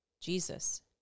Jesus